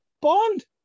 bond